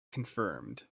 confirmed